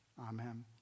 amen